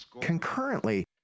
Concurrently